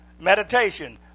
Meditation